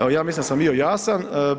Evo ja mislim da sam bio jasan.